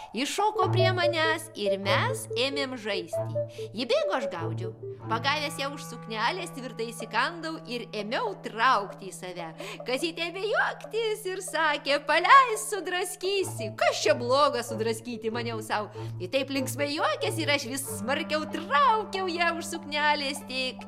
ji šoko prie manęs ir mes ėmėm žaisti ji bėgo aš gaudžiau pagavęs ją už suknelės tvirtai įsikandau ir ėmiau traukti į save kazytė ėmė juoktis ir sakė paleisk sudraskysi kas čia bloga sudraskyti maniau sau ji taip linksmai juokėsi ir aš vis smarkiau traukiau ją už suknelės tik